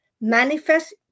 manifest